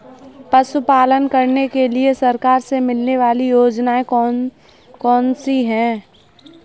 पशु पालन करने के लिए सरकार से मिलने वाली योजनाएँ कौन कौन सी हैं?